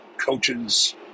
coaches